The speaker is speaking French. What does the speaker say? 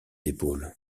épaules